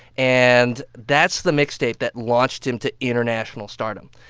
and that's the mixtape that launched him to international stardom.